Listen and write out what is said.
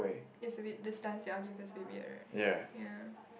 is a bit the stance I give her is a bit weird right ya